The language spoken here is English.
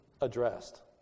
addressed